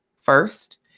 first